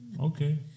okay